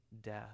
death